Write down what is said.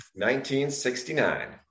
1969